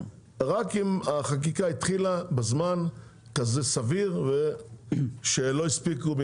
רק אם החקיקה התחילה בזמן כזה סביר ושלא הספיקו,